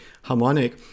harmonic